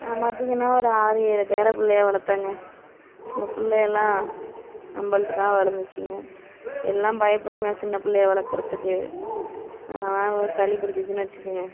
நான் பார்த்திங்கனா ஒரு ஆறு ஏழு பேரப்பிள்ளைய வளர்த்தேங்க இந்த பிள்ளையெல்லாம் நம்பள்கிட்ட தான் வளர்ந்துச்சிங்க எல்லாம் பயப்படுங்க சின்ன பிள்ளைய வளர்க்குறதுக்கு சளி பிடிச்சிருச்சின்னு வச்சிக்கோங்க